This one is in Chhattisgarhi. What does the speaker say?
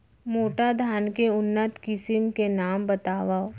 मोटा धान के उन्नत किसिम के नाम बतावव?